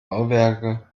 bauwerke